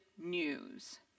news